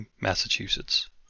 Massachusetts